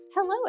Hello